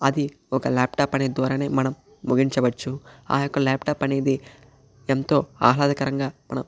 అది ఒక ల్యాప్టాప్ అనేది ద్వారానే మనం ముగించవచ్చు ఆ యొక్క ల్యాప్టాప్ అనేది ఎంతో ఆహ్లాదకరంగా మనం